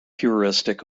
heuristic